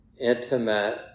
intimate